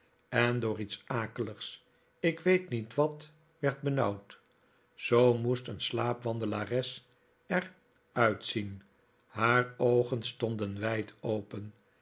en door iets akeligs ik weet niet wat werd benauwd zoo moest een slaapwandelares er uitzien haar oogen stonden wijd open